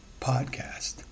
podcast